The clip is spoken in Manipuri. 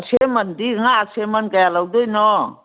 ꯑꯁꯦꯝꯃꯟꯗꯤ ꯉꯥ ꯑꯁꯦꯝꯃꯟ ꯀꯌꯥ ꯂꯧꯗꯣꯏꯅꯣ